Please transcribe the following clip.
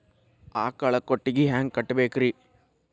ಆಕಳ ಕೊಟ್ಟಿಗಿ ಹ್ಯಾಂಗ್ ಕಟ್ಟಬೇಕ್ರಿ?